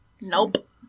Nope